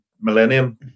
millennium